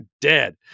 dead